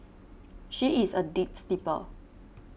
she is a deep sleeper